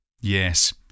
Yes